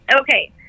okay